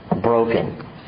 broken